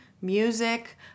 music